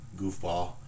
goofball